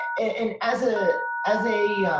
and as a. as a.